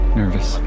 nervous